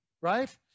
right